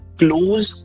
close